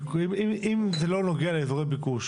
אז אם זה לא נוגע לאזורי ביקוש